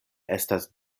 estas